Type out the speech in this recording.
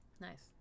nice